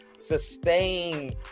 sustain